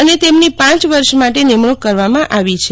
અને તેમની પાંચ વર્ષ માટે નિમશૂંક કરવામાં આવી છે